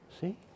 see